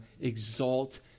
exalt